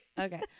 okay